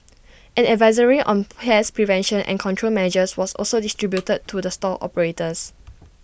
an advisory on pest prevention and control managers was also distributed to the store operators